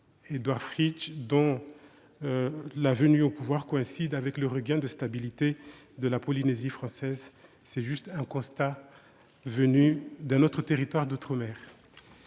Édouard Fritch, dont la venue au pouvoir coïncide avec le regain de stabilité en Polynésie française- ce constat émane d'un autre territoire d'outre-mer